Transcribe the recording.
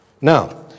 Now